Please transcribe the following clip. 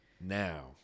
now